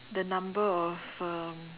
the number of um